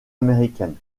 américaines